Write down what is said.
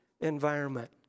environment